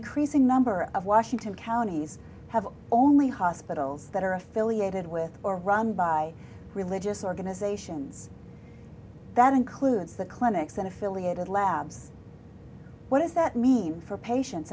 increasing number of washington counties have only hospitals that are affiliated with or run by religious organizations that includes the clinics and affiliated labs what does that mean for patien